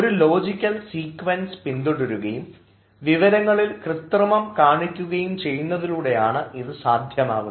ഒരു logical sequence പിന്തുടരുകയും വിവരങ്ങളിൽ കൃത്രിമം കാണിക്കുന്നതിലൂടെയുമാണ് ഇത് സാധ്യമാകുന്നത്